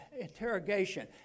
interrogation